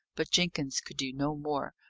but jenkins could do no more,